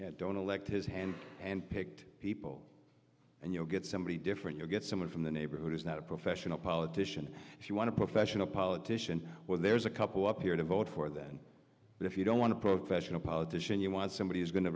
don't don't elect his hand and picked people and you know get somebody different you get someone from the neighborhood is not a professional politician if you want to professional politician well there's a couple up here to vote for then but if you don't want to professional politician you want somebody who's going to